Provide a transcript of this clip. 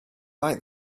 like